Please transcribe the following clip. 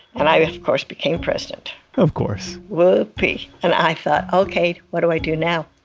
and i of course became president of course whoopee! and i thought, okay. what do i do now?